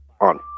on